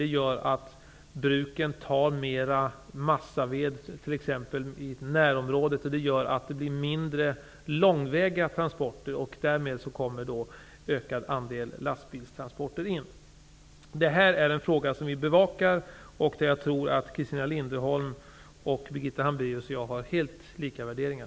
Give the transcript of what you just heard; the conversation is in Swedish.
Det gör att bruken tar mera massaved t.ex. i närområdet. Det gör att det blir färre långväga transporter. Därmed kommer en ökad andel lastbilstransporter in. Detta är en fråga som vi bevakar, där jag tror att Christina Linderholm, Birgitta Hambraeus och jag har helt lika värderingar.